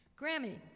Grammy